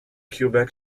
quebec